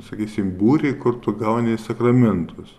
sakysim būrį kur tu gauni sakramentus